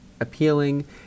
appealing